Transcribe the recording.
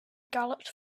galloped